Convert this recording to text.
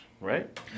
Right